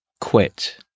quit